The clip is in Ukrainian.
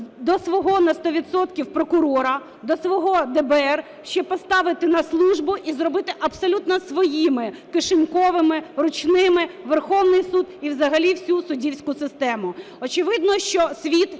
до свого на 100 відсотків прокурора, до свого ДБР ще поставити на службу і зробити абсолютно своїми кишеньковими, ручними Верховний Суд і взагалі всю суддівську систему.